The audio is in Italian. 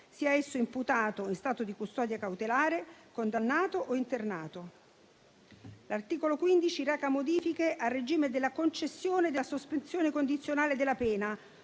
sia esso imputato in stato di custodia cautelare, condannato o internato. L'articolo 15 reca modifiche al regime della concessione della sospensione condizionale della pena